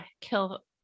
kill